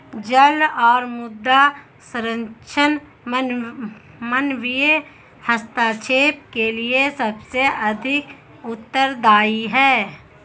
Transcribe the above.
जल और मृदा संरक्षण मानवीय हस्तक्षेप के लिए सबसे अधिक उत्तरदायी हैं